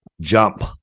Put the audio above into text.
Jump